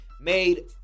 made